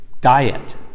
diet